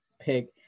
pick